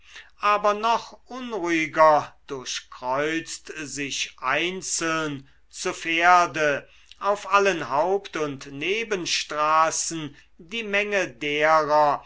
aber noch unruhiger durchkreuzt sich einzeln zu pferde auf allen haupt und nebenstraßen die menge derer